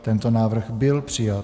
Tento návrh byl přijat.